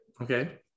Okay